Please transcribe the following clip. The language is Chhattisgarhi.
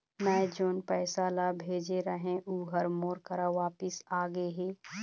मै जोन पैसा ला भेजे रहें, ऊ हर मोर करा वापिस आ गे हे